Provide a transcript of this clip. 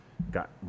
got